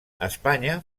espanya